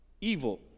evil